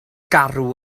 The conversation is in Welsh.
garw